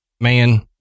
Man